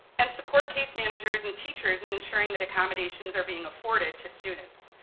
and support case managers and teachers and ensuring that accommodations are being afforded to students.